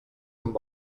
amb